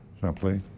Simply